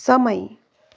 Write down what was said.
समय